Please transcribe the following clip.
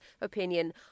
opinion